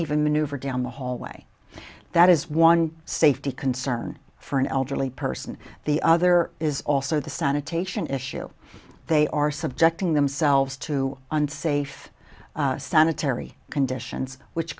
even maneuver down the hallway that is one safety concern for an elderly person the other is also the sanitation issue they are subjecting themselves to unsafe sanitary conditions which